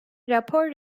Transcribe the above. rapor